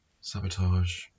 sabotage